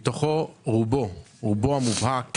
רובו המובהק,